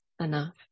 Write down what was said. enough